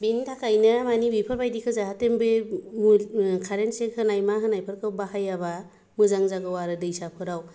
बिनि थाखायनो माने बिफोरबादिखौ जाहाथे बे कारेन सेरहोनाय मा होनायफोरखौ बाहायाबा मोजां जागौ आरो दैसाफोराव